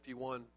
51